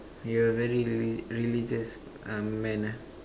you are very really religious uh man ah